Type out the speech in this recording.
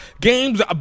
games